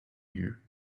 here